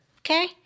Okay